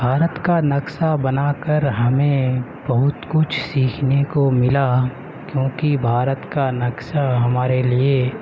بھارت کا نقشہ بنا کر ہمیں بہت کچھ سیکھنے کو ملا کیونکہ بھارت کا نقشہ ہمارے لیے